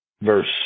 verse